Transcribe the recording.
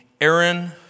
Aaron